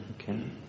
Okay